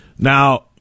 Now